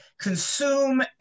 consume